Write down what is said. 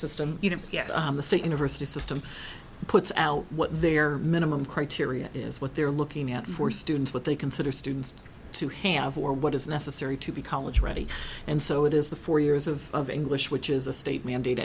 system you know the state university system puts out what their minimum criteria is what they're looking at for students what they consider students to have or what is necessary to be college ready and so it is the four years of of english which is a state mandate